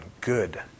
good